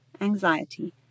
anxiety